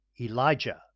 Elijah